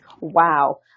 Wow